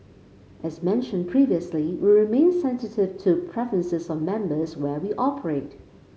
as mentioned previously we remain sensitive to preferences of members where we operate